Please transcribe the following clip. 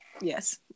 yes